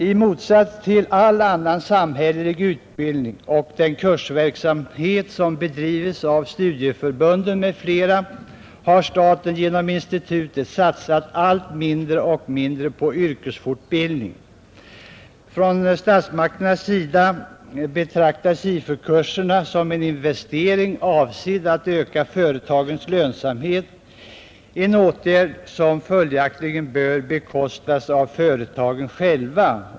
I motsats till all annan samhällelig utbildning och den kursverksamhet som bedrivs av studieförbunden m.fl. har staten genom institutet satsat allt mindre och mindre på yrkesfortbildningen. SIFU-kurserna betraktas av statsmakterna som en investering avsedd att öka företagens lönsamhet, en åtgärd som följaktligen bör bekostas av företagen själva.